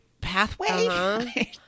pathway